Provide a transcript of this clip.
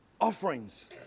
offerings